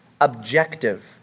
objective